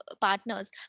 partners